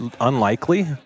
unlikely